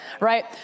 right